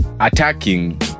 attacking